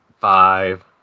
Five